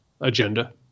agenda